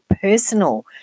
personal